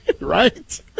Right